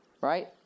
right